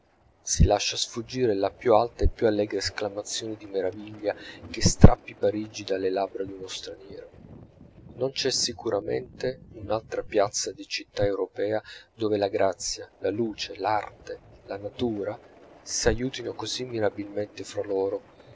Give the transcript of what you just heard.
si lascia sfuggire la più alta e più allegra esclamazione di meraviglia che strappi parigi dalle labbra d'uno straniero non c'è sicuramente un'altra piazza di città europea dove la grazia la luce l'arte la natura s'aiutino così mirabilmente fra loro